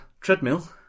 treadmill